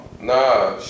Nah